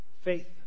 faith